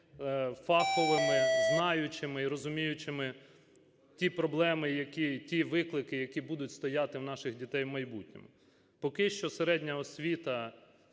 фаховими, знаючими і розуміючими ті проблеми, які… ті виклики, які будуть стояти в наших дітей в майбутньому. Поки що середня освіта